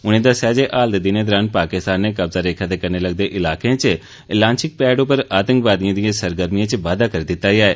उनें दस्सेआ जे हाल दे दिनें दरान पाकिस्तान नै कब्जा रेखा दे कन्ने लगदे ईलाकें च लांचिग पैड उप्पर आतंकवादियें दियें सरगर्मियें च बाद्दा करी दित्ता ऐ